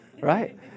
right